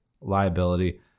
liability